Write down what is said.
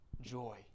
joy